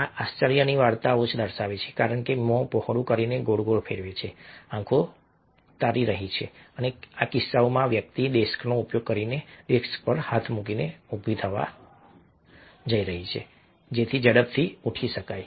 આ આશ્ચર્યની વાર્તાઓ દર્શાવે છે કારણ કે મોં પહોળું કરીને ગોળ ગોળ ફેરવે છે આંખો તારી રહી છે અને આ કિસ્સામાં આ વ્યક્તિ ડેસ્કનો ઉપયોગ કરીને ડેસ્ક પર હાથ મૂકીને ઊભી થવા જઈ રહી છે જેથી ઝડપથી ઉઠી શકાય